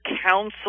council